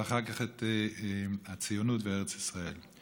ואחר כך הציונות בארץ ישראל.